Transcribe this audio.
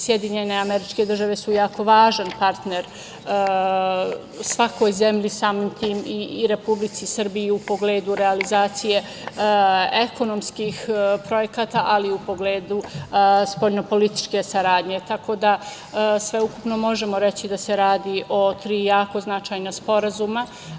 Sjedinjene Američke države su jako važan partner svakoj zemlji, samim tim i Republici Srbiji u pogledu realizacije ekonomskih projekata, ali i u pogledu spoljnopolitičke saradnje, tako da sveukupno možemo reći da se radi o tri jako značajna sporazuma.